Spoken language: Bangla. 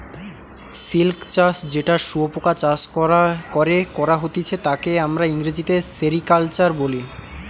সিল্ক চাষ যেটা শুয়োপোকা চাষ করে করা হতিছে তাকে আমরা ইংরেজিতে সেরিকালচার বলি